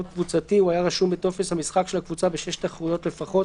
קבוצתי - הוא היה רשום בטופס המשחק של הקבוצה ב-6 תחרויות לפחות